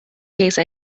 case